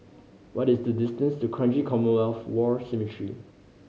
what is the distance to Kranji Commonwealth War Cemetery